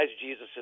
Jesus